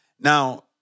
Now